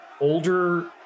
older